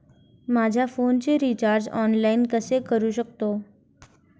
माझ्या फोनचे recharge online कसे करू शकतो?